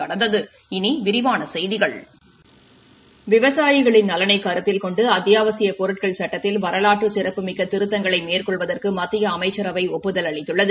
கடந்தது இனி விரிவான செய்திகள் விவசாயிகளின் நலனை கருத்தில் கொண்டு அத்தியாவசிய பொருட்கள் சட்டத்தில் வரலாற்று சிறப்புமிக்க திருத்தங்களை மேற்கொள்வதற்கு மத்திய அமைச்சரவை ஒப்புதல் அளித்துள்ளது